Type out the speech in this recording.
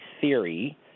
theory